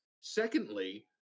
Secondly